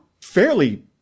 fairly